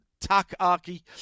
Takaki